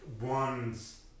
one's